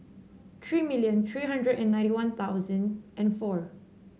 three million three hundred and ninety One Thousand and four